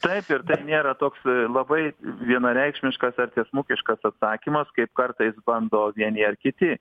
taip ir tai nėra toks labai vienareikšmiškas ar tiesmukiškas atsakymas kaip kartais bando vieni ar kiti